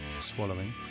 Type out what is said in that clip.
swallowing